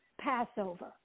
Passover